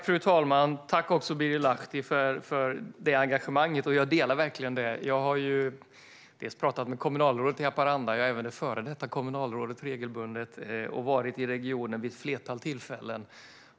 Fru talman! Tack, Birger Lahti, för engagemanget! Jag delar verkligen det. Jag har pratat med kommunalrådet i Haparanda och även det före detta kommunalrådet regelbundet, och jag har varit i regionen vid ett flertal tillfällen.